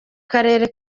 karere